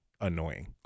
annoying